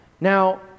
Now